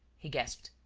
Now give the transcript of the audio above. he gasped.